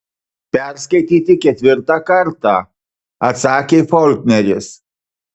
perskaityti ketvirtą kartą atsakė faulkneris